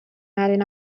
latin